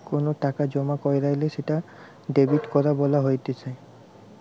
কোনো টাকা জমা কইরলে সেটা ডেবিট করা বলা হতিছে